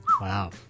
Wow